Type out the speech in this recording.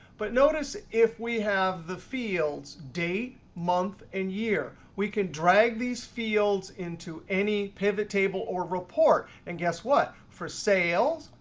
but notice if we have the fields date, month, and year, we can drag these fields into any pivot table or report. and guess what? for sales,